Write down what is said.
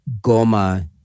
Goma